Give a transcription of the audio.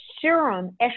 serum